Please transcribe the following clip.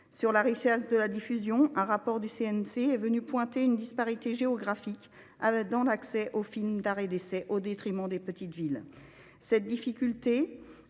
Sur la richesse de la diffusion, le rapport du CNC a pointé une disparité géographique dans l’accès aux films d’art et d’essai au détriment des petites villes.